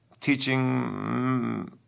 teaching